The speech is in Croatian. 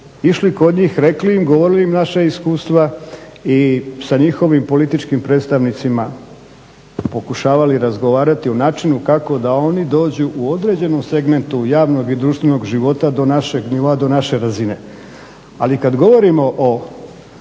išli kod njih, rekli im, govorili im naša iskustva i sa njihovim političkim predstavnicima pokušavali razgovarati o načinu kako da oni dođu u određenom segmentu javnog i društvenog života do našeg nivoa, do naše razine. Ali kad govorimo o